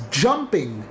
jumping